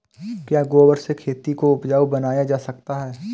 क्या गोबर से खेती को उपजाउ बनाया जा सकता है?